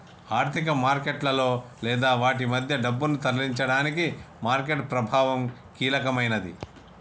ఆర్థిక మార్కెట్లలో లేదా వాటి మధ్య డబ్బును తరలించడానికి మార్కెట్ ప్రభావం కీలకమైనది